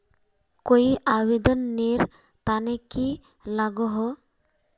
कोई आवेदन नेर तने की लागोहो?